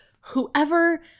whoever